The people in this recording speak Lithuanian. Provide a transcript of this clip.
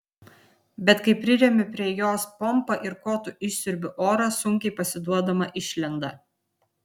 bet kai priremiu prie jos pompą ir kotu išsiurbiu orą sunkiai pasiduodama išlenda